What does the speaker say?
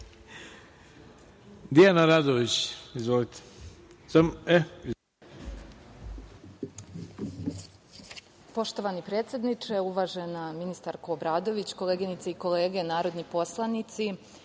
Dijana Radović. Izvolite.